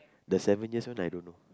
the seven years one I don't know